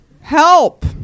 help